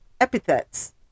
epithets